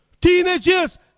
Teenagers